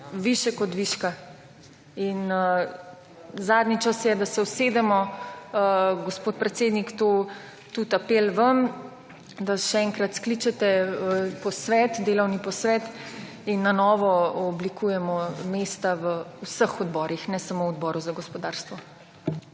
višek od viška. In zadnji čas je, da se usedemo, gospod predsednik, to tudi apel vam, da še enkrat skličete delovni posvet, in na novo oblikujemo v vseh odborih, ne samo v Odboru za gospodarstvo.